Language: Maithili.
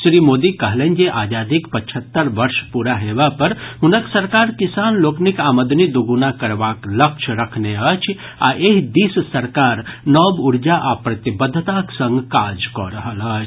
श्री मोदी कहलनि जे आजादीक पचहत्तर वर्ष पूरा हेबा पर हुनक सरकार किसान लोकनिक आमदनी दूगुना करबाक लक्ष्य रखने अछि आ एहि दिस सरकार नव ऊर्जा आ प्रतिबद्धताक संग काज कऽ रहल अछि